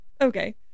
okay